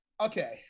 Okay